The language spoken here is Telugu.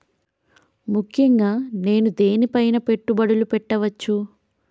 ముఖ్యంగా నేను దేని పైనా పెట్టుబడులు పెట్టవచ్చు?